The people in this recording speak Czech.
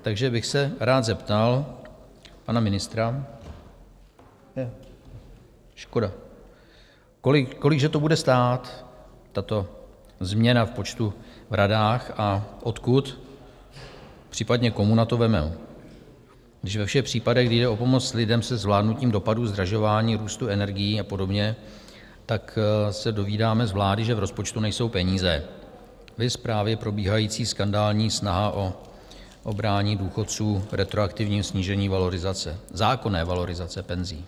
Takže bych se rád zeptal pana ministra... ... škoda kolik že to bude stát, tato změna v počtu v radách a odkud, případně komu na to vezmou , když ve všech případech, kdy jde o pomoc lidem se zvládnutím dopadů zdražování, růstu energií a podobně, tak se dovídáme z vlády, že v rozpočtu nejsou peníze, viz právě probíhající skandální snaha o obrání důchodců retroaktivním snížení valorizace, zákonné valorizace penzí.